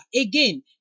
again